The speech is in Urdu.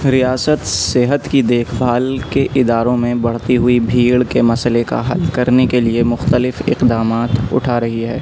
ریاست صحت کی دیکھ بھال کے اداروں میں بڑھتی ہوئی بھیڑ کے مسئلے کا حل کرنے کے لیے مختلف اقدامات اٹھا رہی ہے